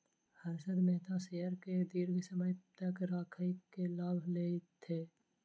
Harshad Mehta share के दीर्घ समय तक राइख के लाभ लेलैथ